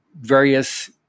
various